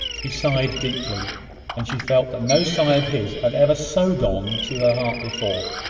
he sighed deeply and she felt that no sigh of his had ever so gone to her heart before.